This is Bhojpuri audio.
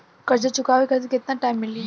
कर्जा चुकावे खातिर केतना टाइम मिली?